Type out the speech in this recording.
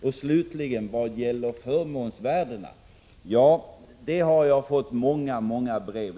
Vad slutligen gäller förmånsvärdena kan jag berätta att jag fått många brev om dessa.